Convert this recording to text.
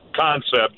concept